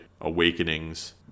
Awakenings